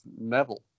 Neville